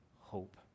hope